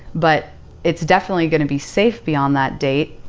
but it's definitely going to be safe beyond that date,